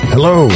Hello